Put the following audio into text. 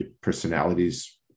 personalities